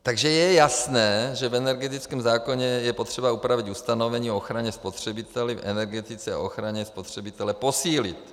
Takže je jasné, že v energetickém zákoně je potřeba upravit ustanovení o ochraně spotřebitele v energetice, ochranu spotřebitele posílit.